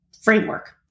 framework